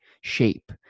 shape